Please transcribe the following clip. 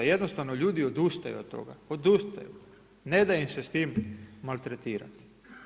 Jednostavno ljudi odustaju od toga, odustaju, ne da im se s tim maltretirati.